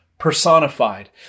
personified